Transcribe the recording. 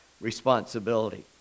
responsibility